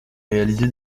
réaliser